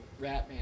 Ratman